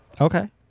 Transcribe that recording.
Okay